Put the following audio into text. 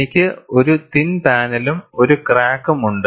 എനിക്ക് ഒരു തിൻ പാനലും ഒരു ക്രാക്കും ഉണ്ട്